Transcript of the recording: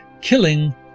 killing